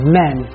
men